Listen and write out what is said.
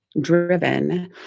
driven